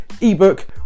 ebook